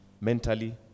mentally